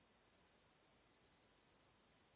Hvala,